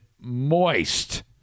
Moist